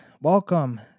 welcome